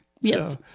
yes